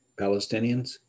Palestinians